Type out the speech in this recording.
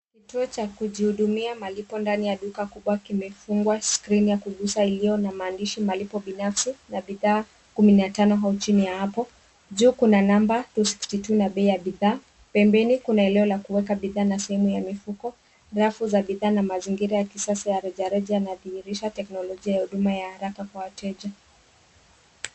Kituo cha kujihudumia malipo ndani ya duka kubwa kimefungwa skrini ya kugusa iliyo na maandishi, malipo binafsi na bidhaa kumi na tano au chini ya hapo. Juu kuna namba, two sixty two ,na bei ya bidhaa. Pembeni kuna eneo la kueka bidhaa na sehemu ya mifuko, rafu za bidhaa na mazingira ya kisasa ya rejareja yanadhihirisha teknolojia ya huduma ya haraka kwa wateja.